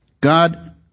God